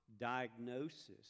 diagnosis